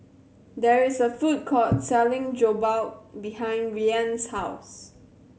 there is a food court selling Jokbal behind Rian's house